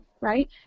right